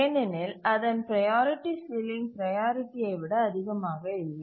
ஏனெனில் அதன் priority ceiling ப்ரையாரிட்டியை விட அதிகமாக இல்லை